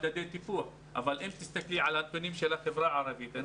את מדדי הטיפוח אבל אם תסתכלי על הנתונים של החברה הערבית,